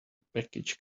package